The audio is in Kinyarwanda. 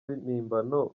mpimbano